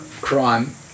crime